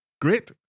great